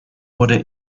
wurde